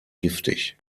giftig